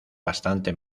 bastante